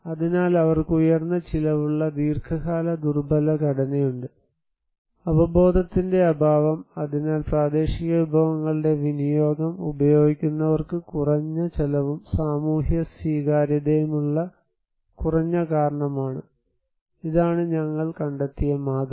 അതിനാൽ അവർക്ക് ഉയർന്ന ചെലവിലുള്ള ദീർഘകാല ദുർബല ഘടനയുണ്ട് അവബോധത്തിന്റെ അഭാവം അതിനാൽ പ്രാദേശിക വിഭവങ്ങളുടെ വിനിയോഗം ഉപയോഗിക്കുന്നവർക്ക് കുറഞ്ഞ ചെലവും സാമൂഹ്യ സ്വീകാര്യതയുമുള്ള കുറഞ്ഞ കാരണമാണ് ഇതാണ് ഞങ്ങൾ കണ്ടെത്തിയ മാതൃക